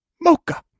Mocha